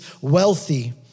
wealthy